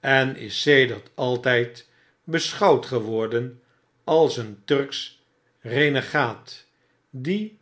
en is sedert altijd beschouwdgewordenalseenturksch renegaat die